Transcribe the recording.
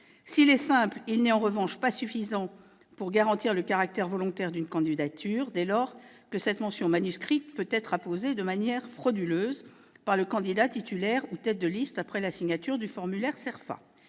S'il est simple, il n'est en revanche pas suffisant pour garantir le caractère volontaire d'une candidature, dès lors que cette mention manuscrite peut être apposée de manière frauduleuse par le candidat titulaire ou tête de liste après la signature du formulaire CERFA.